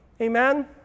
Amen